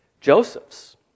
Joseph's